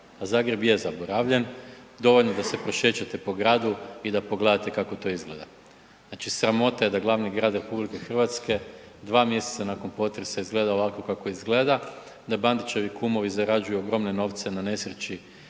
Zagreb je zaboravljen. Dovoljno da se prošećete po gradu i da pogledate kako to izgleda. Znači, sramota je da glavni grad RH 2 mjeseca nakon potresa izgleda ovako kako izgleda. Da Bandićevi kumovi zarađuju ogromne novce na nesreći